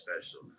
special